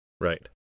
Right